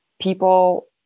people